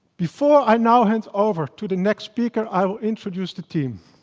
before i now hand over to the next speaker, i will introduce the team.